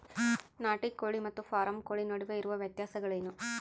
ನಾಟಿ ಕೋಳಿ ಮತ್ತು ಫಾರಂ ಕೋಳಿ ನಡುವೆ ಇರುವ ವ್ಯತ್ಯಾಸಗಳೇನು?